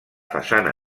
façana